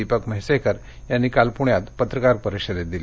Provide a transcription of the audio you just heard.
दीपक म्हैसेकर यांनी काल पुण्यात पत्रकार परिषदेत दिली